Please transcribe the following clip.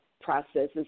processes